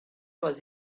was